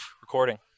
recording